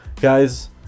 guys